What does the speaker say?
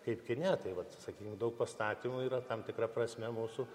kaip kine tai vat sakykim daug pastatymų yra tam tikra prasme mūsų